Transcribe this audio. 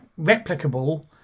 replicable